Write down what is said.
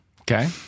Okay